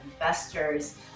investors